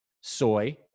soy